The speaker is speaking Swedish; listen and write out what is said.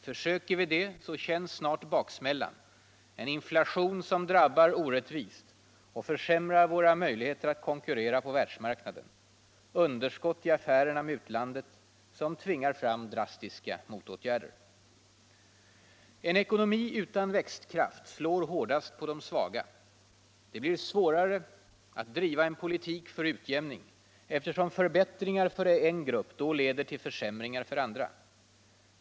Försöker vi det så känns snart baksmällan: en inflation som drabbar orättvist och försämrar våra möjligheter att konkurrera på världsmarknaden; underskott i affärerna med utlandet som tvingar fram drastiska motåtgärder. En ekonomi utan växtkraft slår hårdast på de svaga. Det blir svårare att driva en politik för utjämning, eftersom förbättringar för en grupp leder till försämringar för andra.